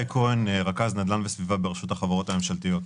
רכז נדל"ן וסביבה ברשות החברות הממשלתיות.